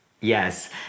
yes